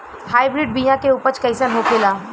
Hybrid बीया के उपज कैसन होखे ला?